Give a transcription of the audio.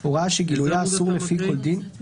אני קורא עכשיו את סעיף 38 בהצעת החוק.